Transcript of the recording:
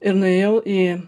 ir nuėjau į